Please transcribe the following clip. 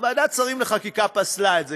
ועדת שרים לחקיקה פסלה את זה.